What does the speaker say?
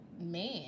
man